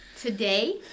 today